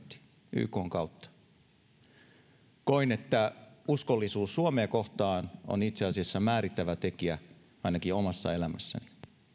ykn kautta koin että uskollisuus suomea kohtaan on itse asiassa määrittävä tekijä ainakin omassa elämässäni